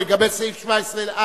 לגבי סעיף 17(א).